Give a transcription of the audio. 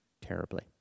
terribly